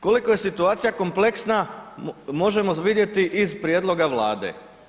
Koliko je situacija kompleksna možemo vidjeti iz prijedloga Vlade.